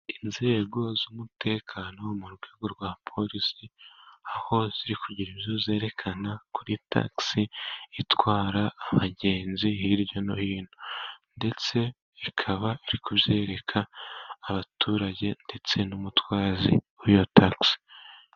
Inzego z'umutekano mu rwego rwa polisi, aho ziri kugira ibyo zerekana kuri taxi itwara abagenzi hirya no hino ndetse ikaba iri kuzereka abaturage ndetse n'umutwazi wiyo taxi.